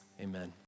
amen